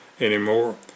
anymore